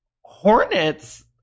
hornets